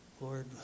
Lord